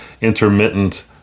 intermittent